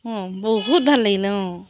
অঁ বহুত ভাল লাগিল অঁ